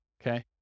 okay